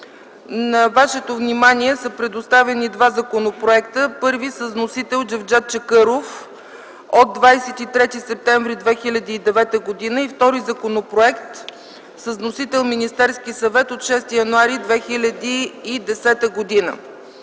На вашето внимание са предоставени два законопроекта – първият с вносител Джевдет Чакъров от 23 септември 2009 г., и вторият законопроект с вносител Министерския съвет от 6 януари 2010 г.